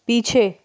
पीछे